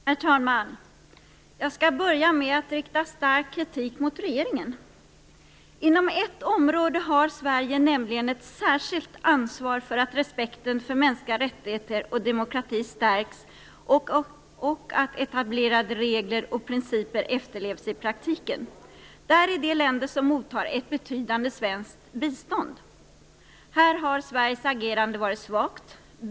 Herr talman! Jag skall börja med att rikta stark kritik mot regeringen. Inom ett område har Sverige nämligen ett särskilt ansvar för att respekten för mänskliga rättigheter och demokrati stärks och för att etablerade regler och principer efterlevs i praktiken. Det är i de länder som mottar ett betydande svenskt bistånd. Här har Sveriges agerande varit svagt.